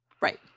Right